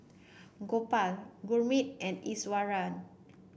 Gopal Gurmeet and Iswaran